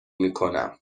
میکنم